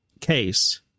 case